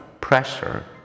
pressure